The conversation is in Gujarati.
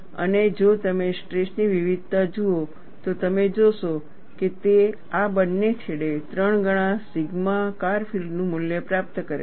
અને જો તમે સ્ટ્રેસ ની વિવિધતા જુઓ તો તમે જોશો કે તે આ બંને છેડે 3 ગણા સિગ્મા ફાર ફીલ્ડનું મૂલ્ય પ્રાપ્ત કરે છે